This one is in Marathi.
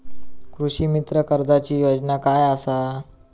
कृषीमित्र कर्जाची योजना काय असा?